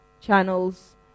channels